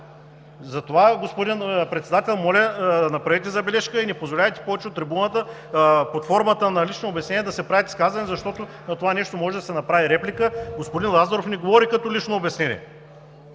Затова, господин Председател, моля, направете забележка и не позволявайте повече от трибуната под формата на лично обяснение да се правят изказвания, защото на това нещо може да се направи реплика. Господин Лазаров не говори като лично обяснение.